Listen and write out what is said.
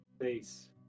face